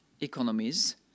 economies